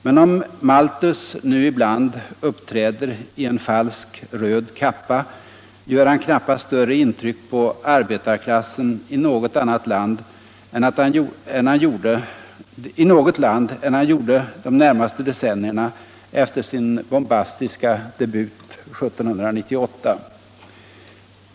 Men om Malthus nu ibland Internationellt utvecklingssamar uppträder i en falsk röd kappa, gör han knappast större intryck på arbetarklassen i något land än han gjorde de närmaste decennierna efter sin bombastiska debut 1798.